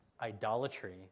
idolatry